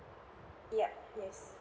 yeah yes